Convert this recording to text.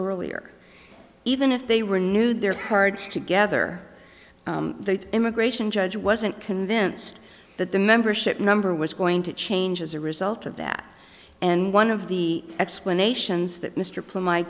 earlier even if they were new their hearts together the immigration judge wasn't convinced that the membership number was going to change as a result of that and one of the explanations that mr p